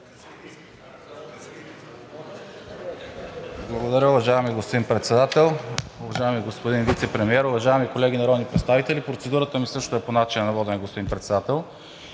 Благодаря, уважаеми господин Председател. Уважаеми господин Вицепремиер, уважаеми колеги народни представители! Процедурата ми също е по начина на водене, господин Председател,